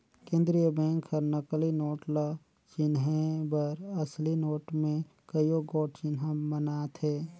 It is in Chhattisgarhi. केंद्रीय बेंक हर नकली नोट ल चिनहे बर असली नोट में कइयो गोट चिन्हा बनाथे